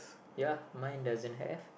ya mine doesn't have